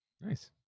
Nice